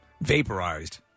vaporized